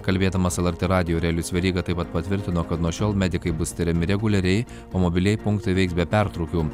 kalbėdamas lrt radijui aurelijus veryga taip pat patvirtino kad nuo šiol medikai bus tiriami reguliariai o mobilieji punktai veiks be pertrūkių